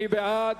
מי בעד?